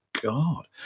God